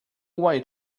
way